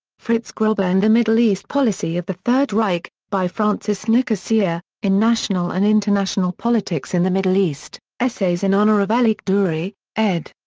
fritz grobba and the middle east policy of the third reich, by francis nicosia, in national and international politics in the middle east essays in honour of elie kedourie, ed.